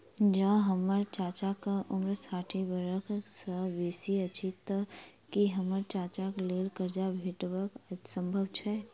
जँ हम्मर चाचाक उम्र साठि बरख सँ बेसी अछि तऽ की हम्मर चाचाक लेल करजा भेटब संभव छै?